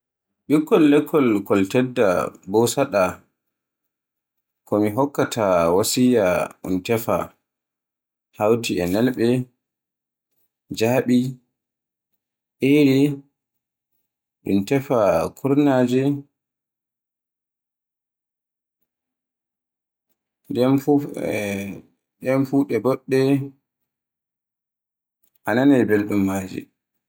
Bikkol lekkol kol tedda bo saɗa kol mi hokkaata wasiyya tefa hawti e nelɓe, jaabi, ere, nden tefa kurnaaje, ɗe fuf ɗe boɗɗe a nanaai belɗum maaje